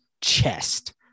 Chest